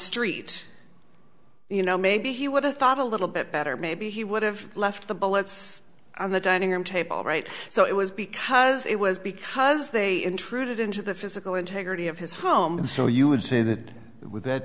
street you know maybe he would have thought a little bit better maybe he would have left the bullets on the dining room table right so it was because it was because they intruded into the physical integrity of his home so you would see that with that